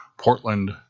Portland